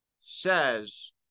says